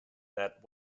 that